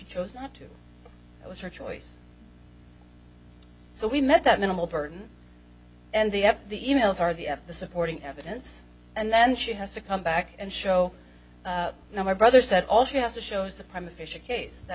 chose not to it was her choice so we met that minimal burden and the the e mails are the at the supporting evidence and then she has to come back and show you know my brother said all she has to show is the prime official case that